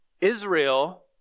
Israel